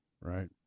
right